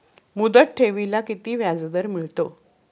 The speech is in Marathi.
मुदत ठेवीला किती व्याजदर मिळतो?